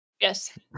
Yes